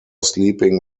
sleeping